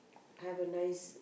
have a nice